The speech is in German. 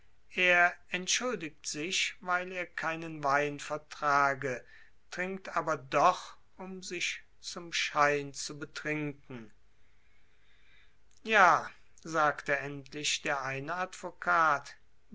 er entschuldigt sich weil er keinen wein vertrage trinkt aber doch um sich zum schein zu betrinken ja sagte endlich der eine